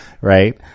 right